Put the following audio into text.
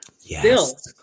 Yes